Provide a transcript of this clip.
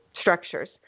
structures